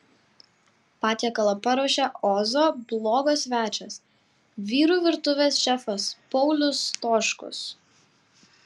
patiekalą paruošė ozo blogo svečias vyrų virtuvės šefas paulius stoškus